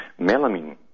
melamine